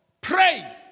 pray